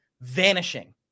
vanishing